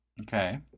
Okay